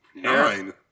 Nine